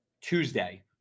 Tuesday